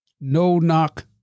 no-knock